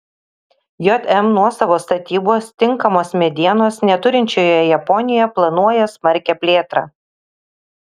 jm nuosavos statybos tinkamos medienos neturinčioje japonijoje planuoja smarkią plėtrą